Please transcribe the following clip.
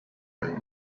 and